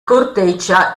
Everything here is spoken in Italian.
corteccia